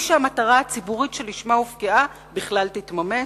שהמטרה הציבורית שלשמה הופקעה בכלל תתממש.